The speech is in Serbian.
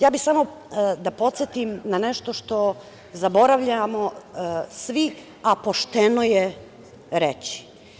Ja bih samo da podsetim na nešto što zaboravljamo svi, a pošteno je reći.